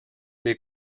les